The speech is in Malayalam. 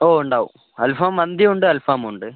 ഓ ഉണ്ടാവും അൽഫാം മന്തിയും ഉണ്ട് അൽഫാമും ഉണ്ട്